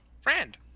Friend